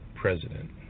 president